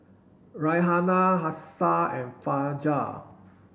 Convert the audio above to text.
Raihana Hafsa and Fajar